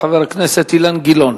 חבר הכנסת אילן גילאון.